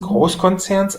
großkonzerns